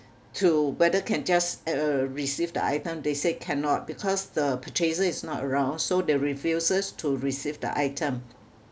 to whether can just uh receive the item they say cannot because the purchaser is not around so they refuses to receive the item